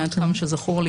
עד כמה שזכור לי,